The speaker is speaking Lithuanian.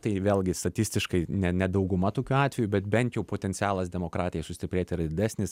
tai vėlgi statistiškai ne ne dauguma tokių atvejų bet bent jų potencialas demokratijai sustiprėti yra didesnis